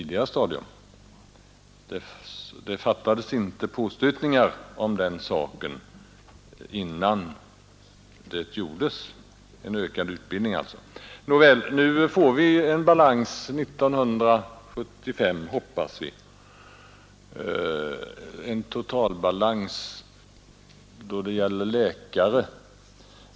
Det saknades inte påstötningar om den saken innan utbildningen utökades. Nåväl, nu får vi en totalbalans då det gäller läkare år 1975 — hoppas vi!